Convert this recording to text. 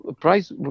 price